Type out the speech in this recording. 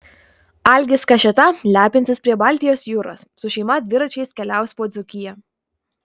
algis kašėta lepinsis prie baltijos jūros su šeima dviračiais keliaus po dzūkiją